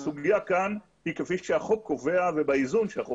הסוגיה כאן היא כפי שהחוק קובע ובאיזון שהחוק